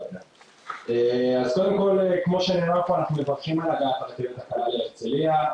קודם כל כמו שנאמר פה אנחנו מברכים על הגעת הרכבת הקלה להרצליה.